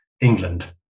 England